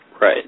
Right